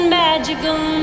magical